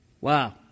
Wow